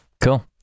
Cool